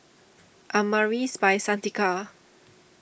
Amaris By Santika